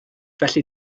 felly